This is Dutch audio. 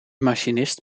machinist